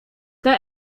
they